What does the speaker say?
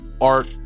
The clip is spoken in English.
art